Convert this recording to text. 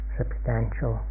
substantial